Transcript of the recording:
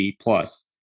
plus